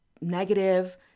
negative